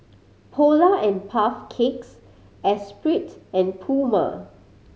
Polar and Puff Cakes Espirit and Puma